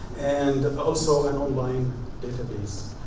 and also, an online database.